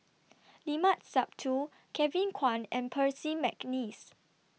Limat Sabtu Kevin Kwan and Percy Mcneice